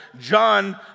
John